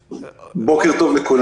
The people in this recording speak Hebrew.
בוקר טוב לכולם.